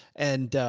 and, ah,